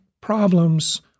problems